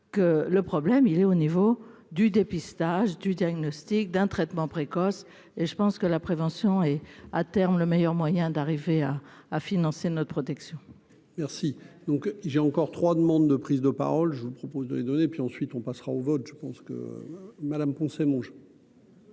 que le problème il est au niveau du dépistage et du diagnostic d'un traitement précoce et je pense que la prévention et à terme, le meilleur moyen d'arriver à à financer notre protection. Merci donc j'ai encore 3 demandes de prise de parole, je vous propose de les donner, puis ensuite on passera au vote, je pense que Madame Poncet. Donc,